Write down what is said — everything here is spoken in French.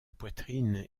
poitrine